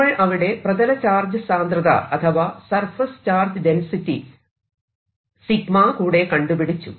നമ്മൾ അവിടെ പ്രതല ചാർജ് സാന്ദ്രത അഥവാ സർഫസ് ചാർജ് ഡെൻസിറ്റി 𝜎 കൂടെ കണ്ടുപിടിച്ചു